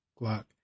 Glock